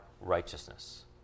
righteousness